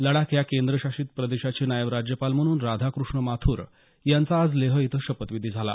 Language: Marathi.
लडाख या केंद्रशासित प्रदेशाचे नायब राज्यपाल म्हणून राधाकृष्ण माथ्र यांचा आज लेह इथं शपथविधी झाला